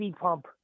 pump